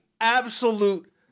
absolute